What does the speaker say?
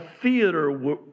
theater